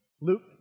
Luke